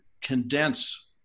condense